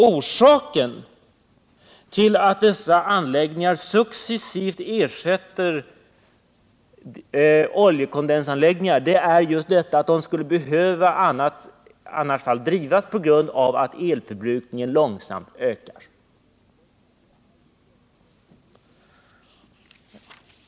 Orsaken till att dessa anläggningar successivt ersätter oljekondensanläggningar är just att sådana skulle behöva drivas på grund av att elförbrukningen långsamt ökar.